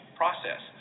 process